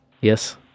Yes